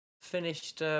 Finished